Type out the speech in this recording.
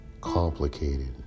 complicated